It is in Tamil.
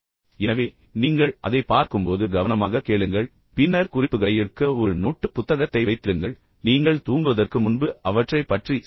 எனவே நீங்கள் அதைப் பார்க்கும்போது கவனமாகக் கேளுங்கள் பின்னர் குறிப்புகளை எடுக்க ஒரு நோட்டுப் புத்தகத்தை வைத்திருங்கள் நீங்கள் தூங்குவதற்கு முன்பு அவற்றைப் பற்றி சிந்தியுங்கள்